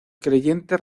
creyentes